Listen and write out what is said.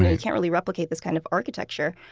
you can't really replicate this kind of architecture.